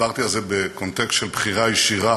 דיברתי על זה בקונטקסט של בחירה ישירה,